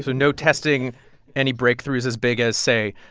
so no testing any breakthroughs as big as, say,